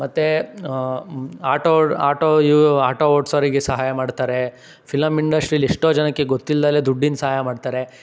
ಮತ್ತೆ auto auto ಇವ್ auto ಓಡ್ಸೋರಿಗೆ ಸಹಾಯ ಮಾಡ್ತಾರೆ ಫಿಲಂ ಇಂಡಶ್ಟ್ರೀಲಿ ಎಷ್ಟೋ ಜನಕ್ಕೆ ಗೊತ್ತಿಲ್ಲದೇ ದುಡ್ಡಿನ ಸಹಾಯ ಮಾಡ್ತಾರೆ